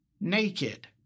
naked